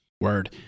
Word